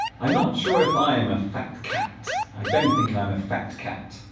i'm not sure if i am a fat cat i don't think i'm a fat cat